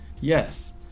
Yes